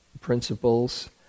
principles